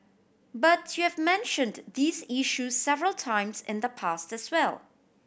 but you have mentioned these issue several times in the past as well